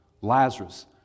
Lazarus